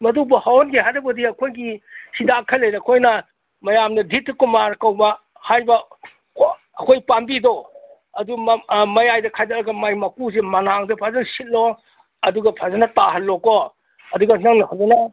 ꯃꯗꯨꯕꯨ ꯍꯧꯍꯟꯒꯦ ꯍꯥꯏꯔꯕꯣꯏꯗꯤ ꯑꯩꯈꯣꯏꯒꯤ ꯍꯤꯗꯥꯛ ꯈꯔ ꯂꯩꯔꯦ ꯑꯩꯈꯣꯏꯅ ꯃꯌꯥꯝꯅ ꯗꯤꯠꯇ ꯀꯨꯃꯥꯔ ꯀꯧꯕ ꯍꯥꯏꯕ ꯑꯩꯈꯣꯏ ꯄꯥꯝꯕꯤꯗꯣ ꯑꯗꯨ ꯃꯌꯥꯏꯗ ꯈꯥꯏꯗꯠꯂꯒ ꯃꯥꯏ ꯃꯀꯨꯁꯤ ꯃꯅꯥꯡꯗꯨ ꯐꯖꯅ ꯁꯤꯠꯂꯣ ꯑꯗꯨꯒ ꯐꯖꯅ ꯇꯥꯍꯜꯂꯣꯀꯣ ꯑꯗꯨꯒ ꯅꯪꯅ ꯐꯖꯅ